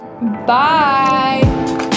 Bye